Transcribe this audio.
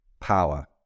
power